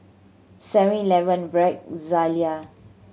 Seven Eleven Bragg Zalia